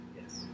Yes